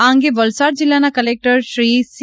આ અંગે વલસાડ જિલ્લાના ક્લેક્ટર શ્રી સી